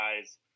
guys